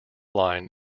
line